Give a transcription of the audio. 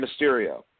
Mysterio